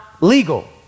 legal